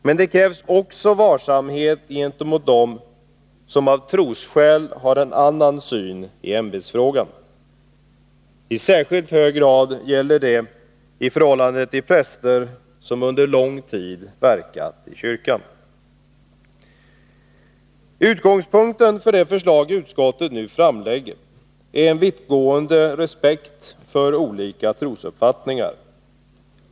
Men det krävs också varsamhet gentemot dem som av trosskäl har en annan syn i ämbetsfrågan. I särskilt hög grad gäller detta i förhållande till präster som under lång tid verkat inom kyrkan. Utgångspunkten för det förslag utskottet nu framlägger är en vittgående respekt för olika trosuppfattningar.